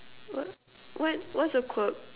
what what what's a quirk